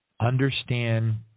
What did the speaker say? understand